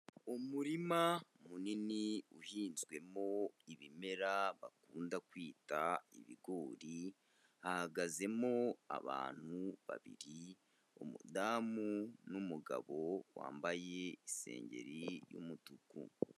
Umurima munini uhinzwemo ibimera bakunda kwita ibigori, hahagazemo abantu babiri, umudamu n'umugabo wambaye isengeri y'umutuku.